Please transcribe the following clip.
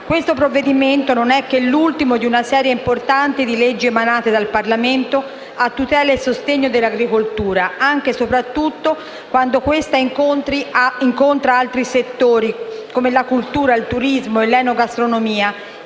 Il provvedimento in esame non è che l'ultima di una serie importante di leggi approvate dal Parlamento a tutela e sostegno dell'agricoltura, anche e soprattutto quando questa incontra altri settori, come la cultura, il turismo e l'enogastronomia,